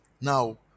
Now